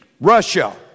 Russia